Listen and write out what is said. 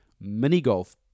mini-golf